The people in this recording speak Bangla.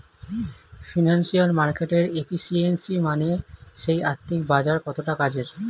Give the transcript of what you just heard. ফিনান্সিয়াল মার্কেটের এফিসিয়েন্সি মানে সেই আর্থিক বাজার কতটা কাজের